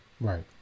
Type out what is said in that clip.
Right